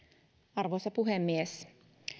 arvoisa puhemies